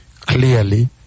Clearly